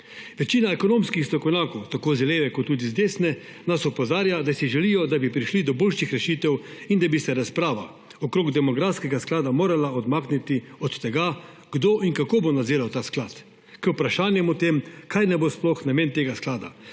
Večina ekonomskih strokovnjakov tako z leve kot tudi z desne nas opozarja, da si želijo, da bi prišli do boljših rešitev in da bi se razprava okoli demografskega sklada morala odmakniti od tega, kdo in kako bo nadziral ta sklad, k vprašanje o tem, kaj naj bo sploh namen tega sklada,